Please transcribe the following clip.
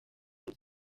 inzu